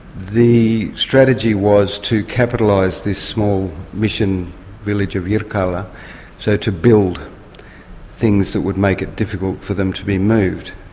the strategy was to capitalise this small mission village of yirrkala so to build things that would make it difficult for them to be moved.